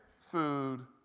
food